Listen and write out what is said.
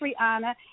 Rihanna